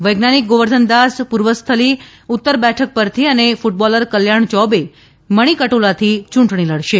વૈજ્ઞાનિક ગોર્વધનદાસ પ્રર્વસ્થલી ઉત્તર બેઠક પરથી અને ક્રટબોલર કલ્યાણ ચૌબે મણિકટોલાથી ચૂંટણી લડશે